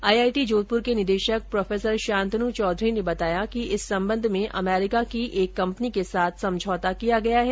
IIT Jodhpur के निदेशक professor Shantanu Chaudhary ने बताया कि इस संबंध में अमेरिका की एक कम्पनी के साथ समझौता किया गया है